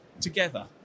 together